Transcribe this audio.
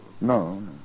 No